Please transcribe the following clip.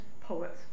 poets